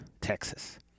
Texas